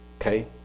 okay